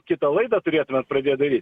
kitą laidą turėtumėt pradėt daryt